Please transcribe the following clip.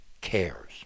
cares